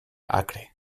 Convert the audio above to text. acre